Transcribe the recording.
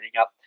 up